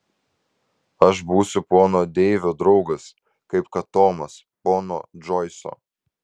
aš būsiu pono deivio draugas kaip kad tomas pono džoiso